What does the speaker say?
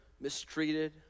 mistreated